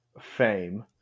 fame